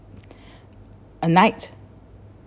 a night